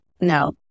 no